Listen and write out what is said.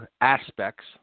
aspects